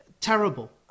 Terrible